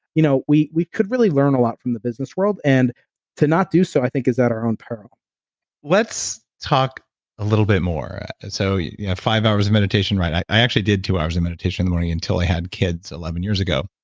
you know we we could really learn a lot from the business world and to not do so, i think, is at our own peril let's talk a little bit more so you have five hours of meditation, right? i i actually did two hours of meditation in the morning until i had kids eleven years ago,